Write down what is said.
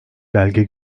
belge